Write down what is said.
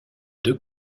deux